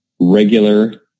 regular